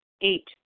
Eight